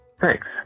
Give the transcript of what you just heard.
Thanks